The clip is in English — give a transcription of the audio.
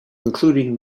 including